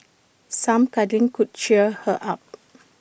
some cuddling could cheer her up